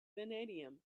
vanadium